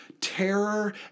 terror